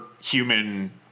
human